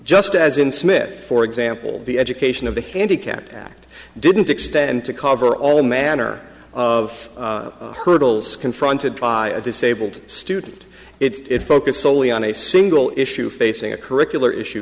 just as in smith for example the education of the handicapped act didn't extend to cover all manner of hurdles confronted by a disabled student its focus solely on a single issue facing a curricular issue